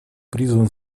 призван